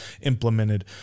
implemented